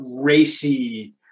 racy